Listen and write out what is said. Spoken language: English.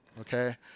okay